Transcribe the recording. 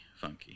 funky